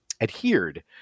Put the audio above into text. adhered